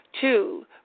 Two